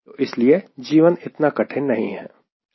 तो इसलिए जीवन इतना कठिन नहीं है